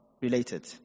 Related